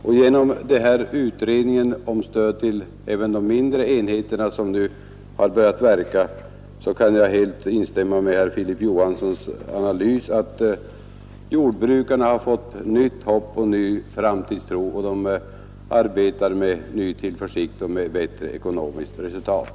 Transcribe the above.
Med hänsyn till den utredning om stöd till även de mindre enheterna som nu har börjat verka kan jag helt instämma i herr Filip Nr 53 Johanssons i Holmgården uppfattning, att jordbrukarna har fått nytt Torsdagen den hopp och ny framtidstro och arbetar med ny tillförsikt och med bättre 6 april 1972 ekonomiskt resultat.